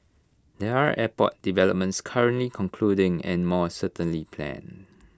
there are airport developments currently concluding and more certainly planned